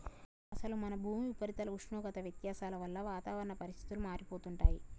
అసలు మన భూమి ఉపరితల ఉష్ణోగ్రత వ్యత్యాసాల వల్ల వాతావరణ పరిస్థితులు మారిపోతుంటాయి